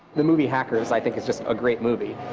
the movie hackers i think is just a great movie.